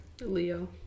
Leo